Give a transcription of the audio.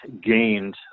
gained